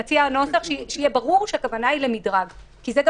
שיהיה ברור שהכוונה היא למדרג כי זה גם